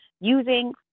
using